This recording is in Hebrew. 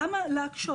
למה להקשות?